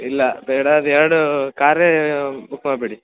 ಇಲ್ಲ ಬೇಡ ಅದು ಎರಡು ಕಾರೇ ಬುಕ್ ಮಾಡ್ಬಿಡಿ